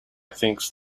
thinks